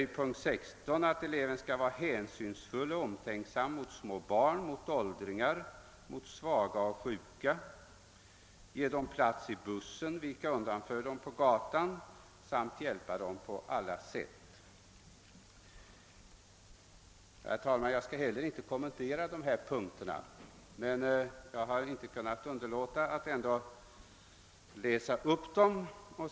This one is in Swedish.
I punkten 16 påbjuds att eleven skall »vara hänsynfull och omtänksam mot små barn, mot åldring ar, mot svaga och sjuka, ge dem plats i bussen och vika undan för dem på gatan samt hjälpa dem på alla sätt». Herr talman! Jag skall inte kommentera dessa regler utan har bara velat läsa upp dem.